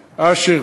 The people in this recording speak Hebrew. אשר,